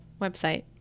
website